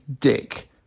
dick